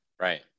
Right